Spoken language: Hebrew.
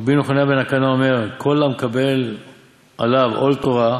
רבי נחוניא בן הקנה אומר, כל המקבל עליו עול תורה,